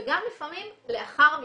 וגם לפעמים לאחר מכן.